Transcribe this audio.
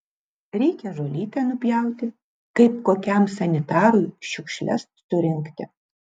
reikia žolytę nupjauti kaip kokiam sanitarui šiukšles surinkti